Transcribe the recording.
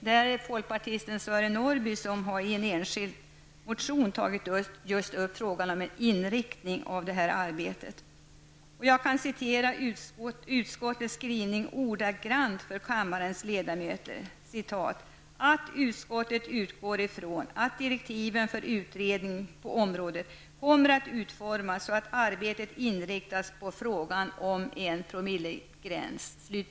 Det är folkpartisten Sören Norrby som i en enskild motion tagit upp frågan om inriktningen av detta arbete. Jag kan citera utskottets skrivning ordagrant för kammarens ledamöter: ''att utskottet utgår ifrån att direktiven för utredning på området kommer att utformas så att arbetet inriktas på frågan om en promillegräns.''